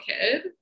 kid